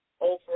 over